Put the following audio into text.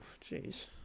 jeez